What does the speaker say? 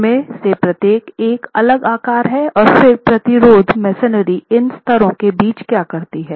उनमें से प्रत्येक एक अलग आकार का है फिर प्रतिरोध मेसनरी इन स्तरों के बीच क्या करती है